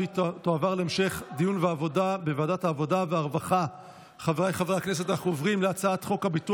לוועדת העבודה והרווחה נתקבלה.